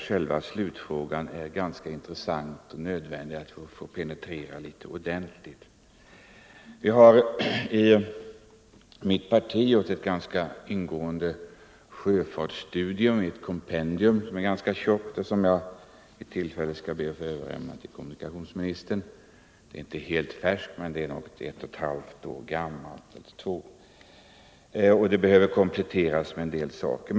Själva slutfrågan var också ganska intressant, och det är nödvändigt att få den penetrerad ordentligt. Vi har i mitt parti gjort en ganska ingående sjöfartsstudie, ett kompendium som är ganska tjockt och som jag vid tillfälle skall be att få överlämna till kommunikationsministern. Det är inte helt färskt — det är ett och ett halvt eller två år gammalt — och behöver kompletteras med en del saker.